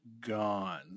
Gone